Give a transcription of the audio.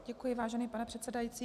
Děkuji, vážený pane předsedající.